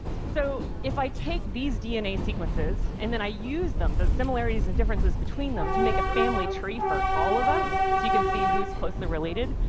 so if i take these dna sequences, and then i use them, the similarities and differences between them, to make a family tree for all of us so you can see who is closely related,